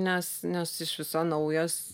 nes nes iš viso naujas